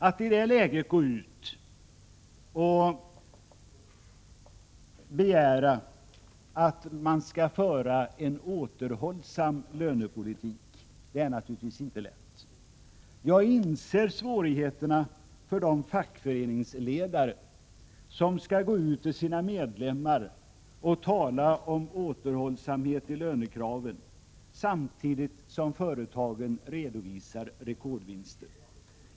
Attidet läget begära att man skall föra en återhållsam lönepolitik är naturligtvis inte lätt. Jag inser svårigheterna för de fackföreningsledare som skall gå ut till sina medlemmar och tala om återhållsamhet i lönekraven samtidigt som företagen redovisar rekordvinster.